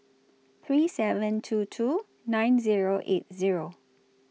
three seven two two nine Zero eight Zero